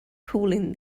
cooling